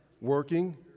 working